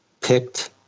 picked